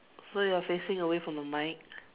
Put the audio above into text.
so you're facing away from the mic